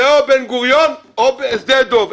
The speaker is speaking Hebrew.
זה או בן גוריון או שדה דב.